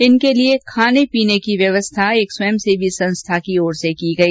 इनके लिए खाने पीने की व्यवस्था एक स्वयं सेवी संस्था की गई